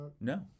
No